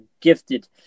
gifted –